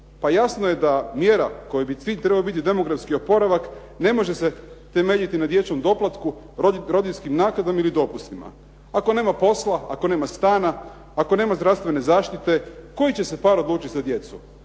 Pa jasno je da mjera kojoj bi cilj trebao biti demografski oporavak ne može se temeljiti na dječjem doplatku, rodiljskim naknadama ili dopustima. Ako nema posla, ako nema stana, ako nema zdravstvene zaštite, koji će se par odlučiti za djecu?